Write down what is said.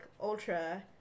ultra